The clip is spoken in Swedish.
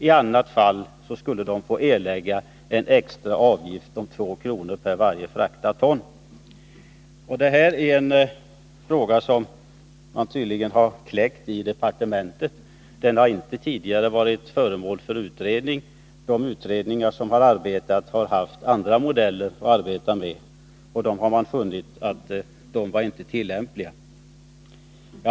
I annat fall skulle en extra avgift av två kronor per fraktat ton få erläggas. Det här är en idé som man tydligen har kläckt i departementet. Den har inte tidigare varit föremål för utredning. De utredningar som har arbetat har gjort det efter andra modeller, som man inte har funnit vara tillämpliga.